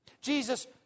Jesus